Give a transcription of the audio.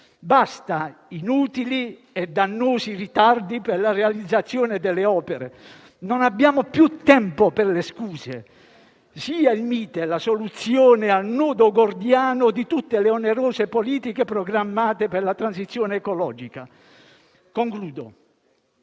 Basta con inutili e dannosi ritardi per la realizzazione delle opere, non abbiamo più tempo per le scuse. Sia il Mite la soluzione al nodo gordiano di tutte le onerose politiche programmate per la transizione ecologica. Siccome